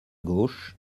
gauche